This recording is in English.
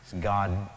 God